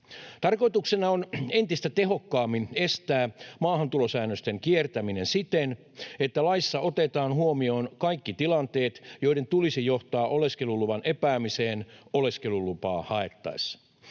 Tarkoituksena on entistä tehokkaammin estää maahantulosäännösten kiertäminen siten, että laissa otetaan huomioon kaikki tilanteet, joiden tulisi johtaa oleskeluluvan epäämiseen oleskelulupaa haettaessa.